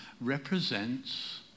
represents